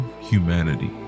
humanity